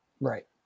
Right